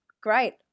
great